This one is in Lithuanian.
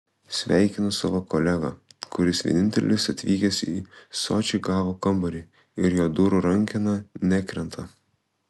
sveikinu savo kolegą kuris vienintelis atvykęs į sočį gavo kambarį ir jo durų rankena nekrenta